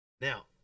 Now